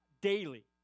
daily